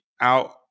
out